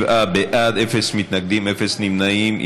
47 בעד, אפס מתנגדים, אפס נמנעים.